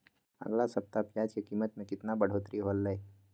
अगला सप्ताह प्याज के कीमत में कितना बढ़ोतरी होलाय?